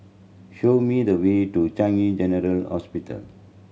show me the way to Changi General Hospital